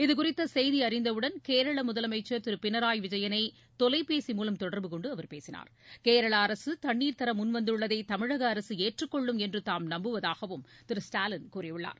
இதுகுறித்த செய்தி அறிந்தவுடன் கேரள முதலமைச்சர் திரு பினராய் விஜயனை தொலைபேசி மூலம் தொடர்பு கொண்டு அவர் பேசினார் கேரள அரசு தண்ணீர் தர முன்வந்துள்ளதை தமிழக அரசு ஏற்றுக்கொள்ளும் என்று தாம் நம்புவதாகவும் திரு ஸ்டாலின் கூறியுள்ளார்